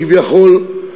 כביכול,